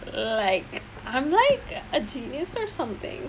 like I'm like a genius or something